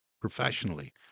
professionally